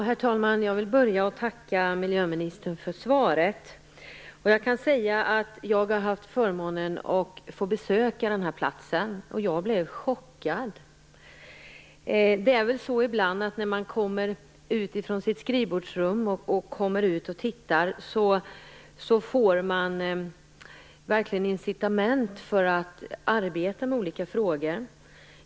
Herr talman! Jag vill börja med att tacka miljöministern för svaret. Jag har haft förmånen att besöka den här platsen, och jag blev chockad. När man kommer ut från sitt skrivrum och tittar på olika platser får man verkligen incitament för att arbeta med olika frågor.